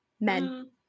men